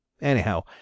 anyhow